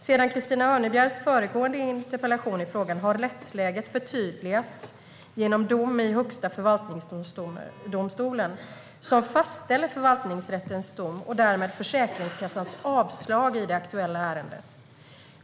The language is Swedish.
Sedan Christina Örnebjärs föregående interpellation i frågan har rättsläget förtydligats genom dom i Högsta förvaltningsdomstolen, som fastställer förvaltningsrättens dom, och därmed Försäkringskassans avslag i det aktuella ärendet.